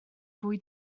fwy